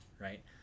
right